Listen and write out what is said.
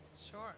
Sure